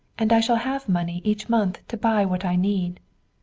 and i shall have money each month to buy what i need.